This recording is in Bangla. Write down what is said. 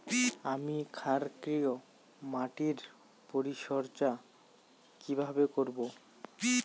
আমি ক্ষারকীয় মাটির পরিচর্যা কিভাবে করব?